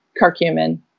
curcumin